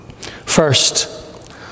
First